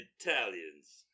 Italians